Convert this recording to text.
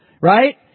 Right